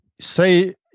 say